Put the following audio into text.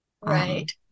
right